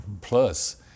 Plus